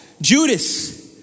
Judas